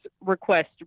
request